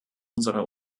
unsere